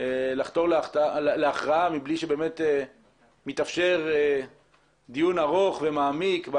לחתור להכרעה מבלי שבאמת מתאפשר דיון ארוך ומעמיק לגבי